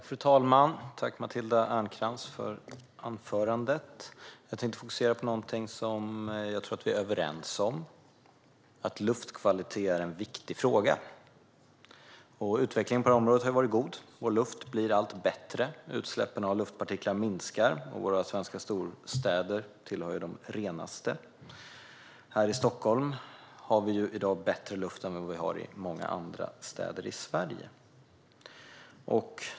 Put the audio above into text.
Fru talman! Tack, Matilda Ernkrans, för anförandet! Jag tänkte fokusera på någonting som jag tror att vi är överens om, att luftkvalitet är en viktig fråga. Utvecklingen på det här området har ju varit god. Vår luft blir allt bättre. Utsläppen av luftpartiklar minskar. Våra svenska storstäder tillhör de renaste. Här i Stockholm är det i dag bättre luft än vad det är i många andra städer i Sverige.